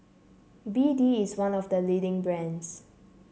B D is one of the leading brands